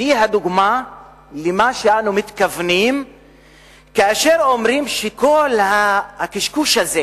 והיא הדוגמה למה שאנו מתכוונים כאשר אנו אומרים שכל הקשקוש הזה,